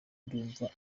ndumva